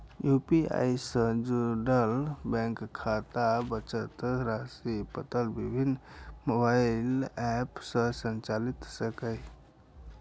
UPI सं जुड़ल bank खाताक बचत राशिक पता विभिन्न मोबाइल एप सं चलि सकैए